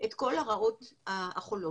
את כל הרעות החולות,